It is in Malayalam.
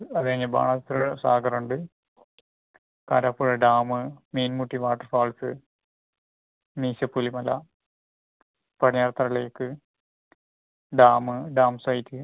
അത് കഴിഞ്ഞാൽ ബാണാസുര സാഗർ ഉണ്ട് Karapuzha dam Meenmutty waterfalls Meesapulimala Padinjarathara lake dam dam site